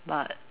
but